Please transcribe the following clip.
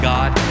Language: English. God